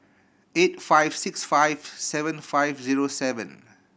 eight five six five seven five zero seven